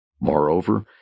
Moreover